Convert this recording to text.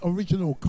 Original